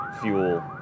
fuel